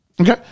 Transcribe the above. Okay